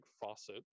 faucet